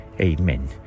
Amen